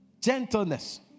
gentleness